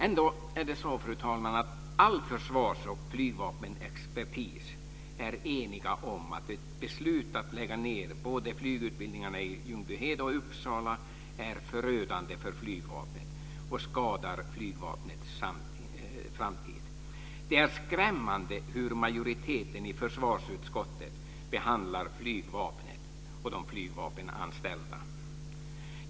Ändå är det så, fru talman, att all försvars och flygvapenexpertis är enig om att ett beslut att lägga ned både flygutbidningarna i Ljungbyhed och Uppsala är förödande för Flygvapnet och skadar dess framtid. Det är skrämmande hur majoriteten i försvarsutskottet behandlar Flygvapnet och de flygvapenanställda.